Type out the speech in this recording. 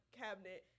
cabinet